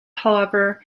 however